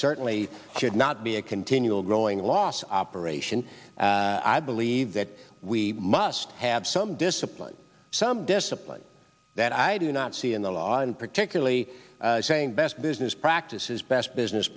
certainly should not be a continual growing last operation i believe that we must have some discipline some discipline that i do not see in the law and particularly saying best business practices best business